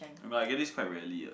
but I get this quite rarely ah